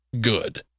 good